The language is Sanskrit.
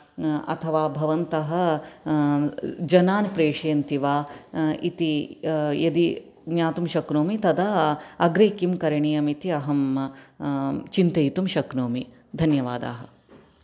अथवा भवन्तः जनान् प्रेशयन्ति वा इति यदि ज्ञातुं शक्नोमि तदा अग्रे किं करणियं इति अहं चिन्तयितुं शक्नोमि धन्यवादाः